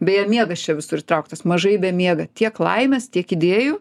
beje miegas čia visur įtrauktas mažai bemiega tiek laimės tiek idėjų